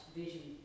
vision